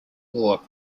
war